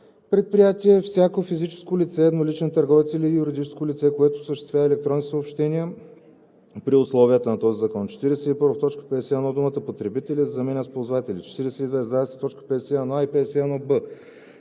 „Предприятие“ е всяко физическо лице – едноличен търговец или юридическо лице, което осъществява електронни съобщения при условията на този закон.“ 41. В т. 51 думата „потребители“ се заменя с „ползватели“. 42. Създават